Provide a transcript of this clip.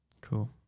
cool